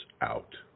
out